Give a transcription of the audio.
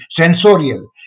sensorial